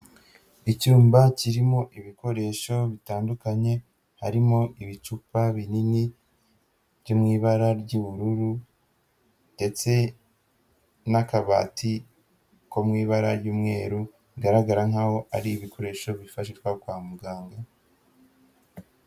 Icyumba kirimo ibikoresho bitandukanye, harimo ibicupa binini byo mu ibara ry'ubururu ndetse n'akabati ko mu ibara ry'umweru, bigaragara nkaho ari ibikoresho bifashishwa kwa muganga.